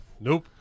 nope